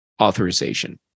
authorization